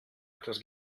etwas